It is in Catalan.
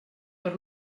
per